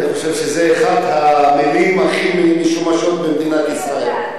שזו אחת המלים הכי משומשות במדינת ישראל.